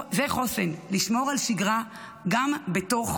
זה חוסן, לשמור על שגרה גם בתוך